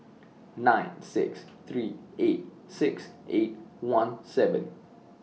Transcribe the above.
nine six three eight six eight one seven